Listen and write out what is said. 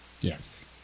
Yes